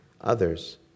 others